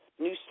new